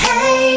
Hey